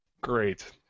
Great